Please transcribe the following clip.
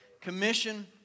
commission